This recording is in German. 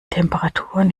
temperaturen